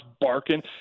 barking